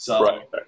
Right